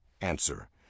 Answer